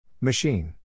Machine